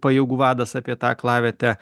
pajėgų vadas apie tą aklavietę